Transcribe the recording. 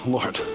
Lord